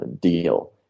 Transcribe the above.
deal